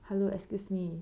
hello excuse me